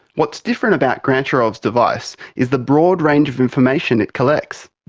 what's different about grantcharov's device is the broad range of information it collects.